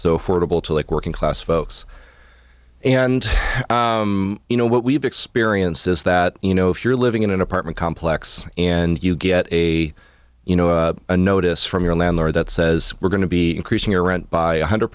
so fordable to like working class folks and you know what we've experienced is that you know if you're living in an apartment complex and you get a you know a notice from your landlord that says we're going to be increasing around by one hundred